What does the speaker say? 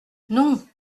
non